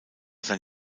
sein